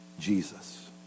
Jesus